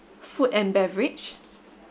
food and beverage